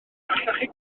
chi